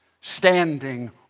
standing